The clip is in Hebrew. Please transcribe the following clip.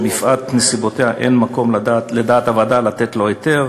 מפאת נסיבותיה אין מקום לדעת הוועדה לתת לו היתר,